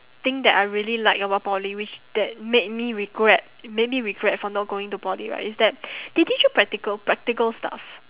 thing that I really like about poly which that made me regret made me regret for not going to poly right is that they teach you practical practical stuff